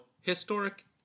historic